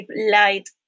light